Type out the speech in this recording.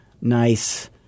nice